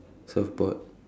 surfboard